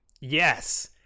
Yes